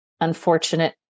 unfortunate